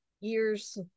years